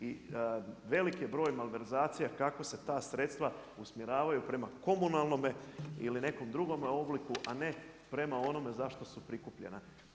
I velik je broj malverzacija kako se ta sredstva usmjeravaju prema komunalnome ili nekome drugom obliku, a ne prema zašto su prikupljena.